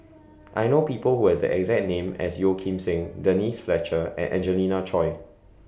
I know People Who Have The exact name as Yeo Kim Seng Denise Fletcher and Angelina Choy